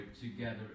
together